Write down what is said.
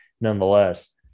nonetheless